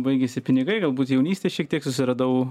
baigėsi pinigai galbūt jaunystė šiek tiek susiradau